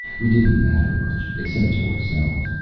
we didn't matter much, except to ourselves.